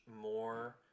more